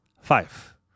Five